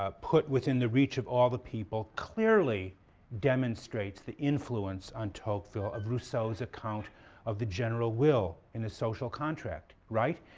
ah put within the reach of all the people, clearly demonstrates the influence on tocqueville of rousseau's account of the general will in the social contract. right?